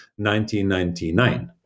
1999